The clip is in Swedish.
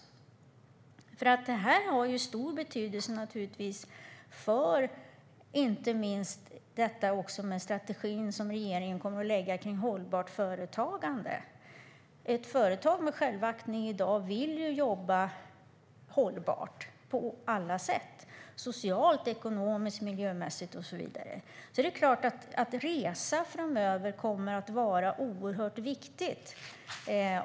Denna fråga har stor betydelse för strategin som regeringen ska lägga fram om hållbart företagande. Ett företag med självaktning vill jobba hållbart på alla sätt, socialt, ekonomiskt, miljömässigt och så vidare. Frågan om att resa kommer framöver att vara oerhört viktig.